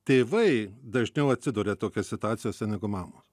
tėvai dažniau atsiduria tokios situacijose negu mamos